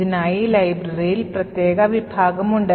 ഇതിനായി ലൈബ്രറിയിൽ പ്രത്യേക വിഭാഗമുണ്ട്